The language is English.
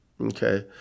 Okay